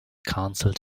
canceled